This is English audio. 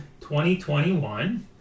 2021